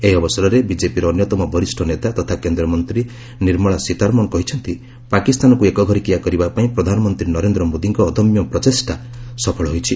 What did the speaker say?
ଏହି ଅବସରରେ ବିଜେପିର ଅନ୍ୟତମ ବରିଷ୍ଠ ନେତା ତଥା କେନ୍ଦ୍ର ମନ୍ତ୍ରୀ ନିର୍ମଳା ସୀତାରମଣ କହିଛନ୍ତି ଯେ ପାକିସ୍ତାନକୁ ଏକଘରିକିଆ କରିବା ପାଇଁ ପ୍ରଧାନମନ୍ତ୍ରୀ ନରେନ୍ଦ୍ର ମୋଦିଙ୍କ ଅଦମ୍ୟ ପ୍ରଚେଷ୍ଠା ସଫଳ ହୋଇଛି